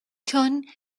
چون